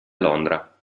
londra